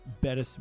better